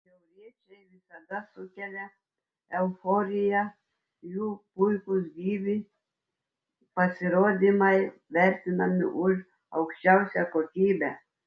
šiauriečiai visada sukelia euforiją jų puikūs gyvi pasirodymai vertinami už aukščiausią kokybę